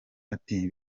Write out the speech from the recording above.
ati